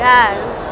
Yes